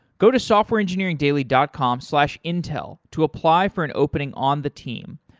go to softwareengineeringdaily dot com slash intel to apply for an opening on the team.